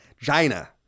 China